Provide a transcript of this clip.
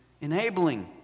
enabling